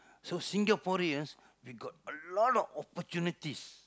so Singaporeans we got a lot opportunities